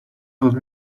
told